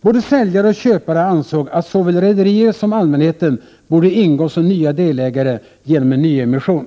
Både säljare och köpare ansåg att såväl rederier som allmänheten borde ingå som nya delägare genom en nyemission.